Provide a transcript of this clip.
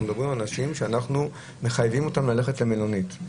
אנחנו מדברים על אנשים שאנחנו מחייבים אותם ללכת למלונית.